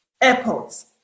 airports